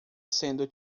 sendo